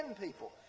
people